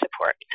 support